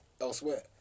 elsewhere